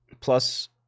Plus